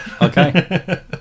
Okay